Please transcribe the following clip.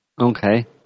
Okay